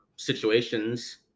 situations